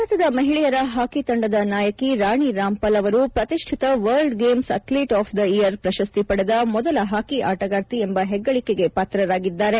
ಭಾರತದ ಮಹಿಳೆಯರ ಹಾಕಿ ತಂಡದ ನಾಯಕಿ ರಾಣಿ ರಾಮ್ಪಾಲ್ ಅವರು ಪ್ರತಿಷ್ಠಿತ world games athlete of the year ಪ್ರಶಸ್ತಿ ಪಡೆದ ಮೊದಲ ಹಾಕಿ ಆಟಗಾರ್ತಿ ಎಂಬ ಹೆಗ್ಗಳಕೆಗೆ ಪಾತ್ರರಾಗಿದ್ದಾರೆ